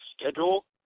Schedule